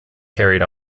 carried